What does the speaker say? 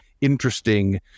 interesting